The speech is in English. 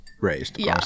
raised